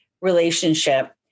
relationship